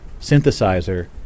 synthesizer